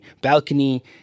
balcony